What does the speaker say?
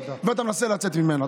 ואתה מנסה לצאת ממנה.